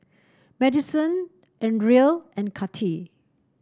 Maddison Andrae and Kathi